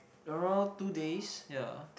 around two days yeah